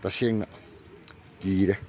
ꯇꯁꯦꯡꯅ ꯀꯤꯔꯦ